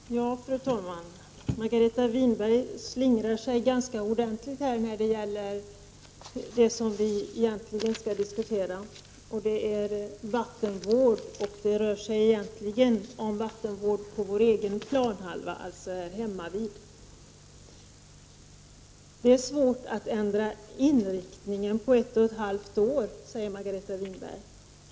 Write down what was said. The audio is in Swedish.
Fru talman! Margareta Winberg slingrar sig ganska ordentligt när det gäller det vi egentligen skall diskutera, nämligen vattenvård. Det rör sig egentligen om vattenvård på vår egen planhalva, alltså här hemmavid. Det är svårt att ändra inriktningen på ett och ett halvt år, säger Margareta Winberg.